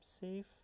safe